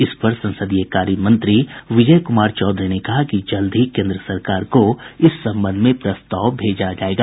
इस पर संसदीय कार्य मंत्री विजय कुमार चौधरी ने कहा कि जल्द ही केन्द्र सरकार को इस संबंध में प्रस्ताव भेजा जायेगा